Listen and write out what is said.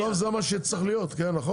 בסוף זה מה שצריך להיות, נכון.